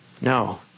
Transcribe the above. No